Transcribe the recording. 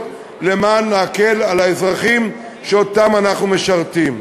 כדי להקל על האזרחים שאותם אנחנו משרתים.